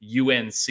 UNC